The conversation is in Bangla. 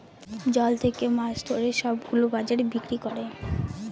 জল থাকে মাছ ধরে সব গুলো বাজারে বিক্রি করে